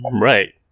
Right